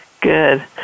Good